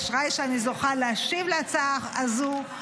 אשריי שאני זוכה להשיב להצעה הזו.